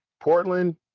Portland